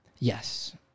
Yes